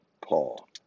Paul